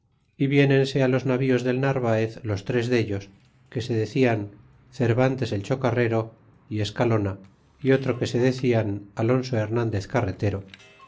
y viénense á los navíos del narvaez los tres dellos que se decian cervantes el chocarrero y escalona y otro que se decían alonso hernandez carretero